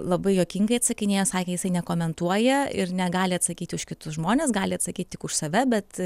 labai juokingai atsakinėja sakė jisai nekomentuoja ir negali atsakyti už kitus žmones gali atsakyti tik už save bet